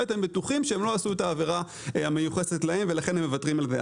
בטוחים שהם לא עשו את העבירה המיוחסת להם והם מוותרים.